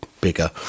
bigger